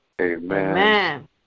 Amen